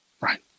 Right